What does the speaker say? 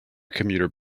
commuter